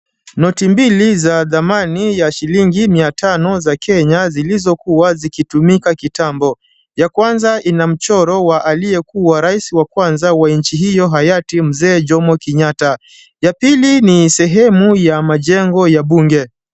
Noti mbili za dhamani ya shilingi mia tano za Kenya zilizokuwa zikitumika kitambo. Ya kwanza ina mchoro wa aliyekuwa rais wa kwanza wa nchi hiyo hayati Mzee Jomo Kenyatta. Ya pili ni sehemu ya majengo ya bunge.